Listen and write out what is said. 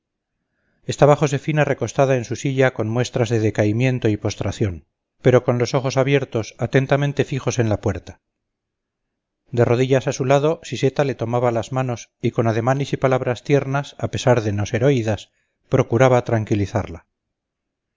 estaba josefina recostada en su silla con muestras de decaimiento y postración pero con los ojos abiertos atentamente fijos en la puerta de rodillas a su lado siseta le tomaba las manos y con ademanes y palabras tiernas a pesar de no ser oídas procuraba tranquilizarla